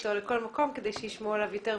אתו לכל מקום כדי שישמעו עליו יותר ויותר.